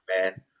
man